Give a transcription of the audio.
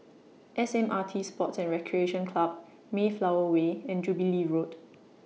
S M R T Sports and Recreation Club Mayflower Way and Jubilee Road